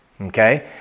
Okay